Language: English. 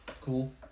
Cool